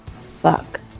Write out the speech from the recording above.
Fuck